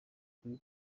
kuri